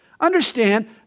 Understand